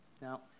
Now